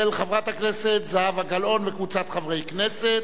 של חברת הכנסת זהבה גלאון וקבוצת חברי כנסת.